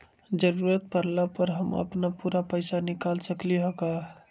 जरूरत परला पर हम अपन पूरा पैसा निकाल सकली ह का?